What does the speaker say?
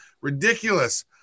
ridiculous